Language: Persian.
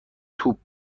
توپ